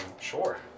Sure